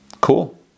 cool